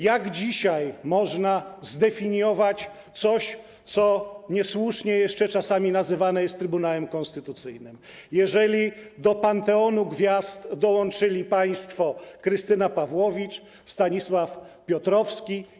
Jak dzisiaj można zdefiniować coś, co niesłusznie jeszcze czasami nazywane jest Trybunałem Konstytucyjnym, jeżeli do panteonu gwiazd dołączyli państwo Krystyna Pawłowicz i Stanisław Piotrowski?